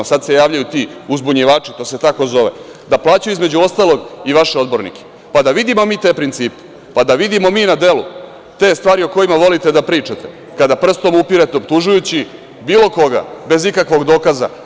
Sad se javljaju ti uzbunjivači, to se tako zove, da plaćaju između ostalog i naše odbornike, pa da vidimo mi te principe, da vidimo mi na delu te stvari o kojima volite da pričate kada prstom upirete optužujući bilo koga bez ikakvog dokaza.